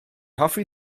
hoffi